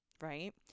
right